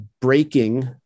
Breaking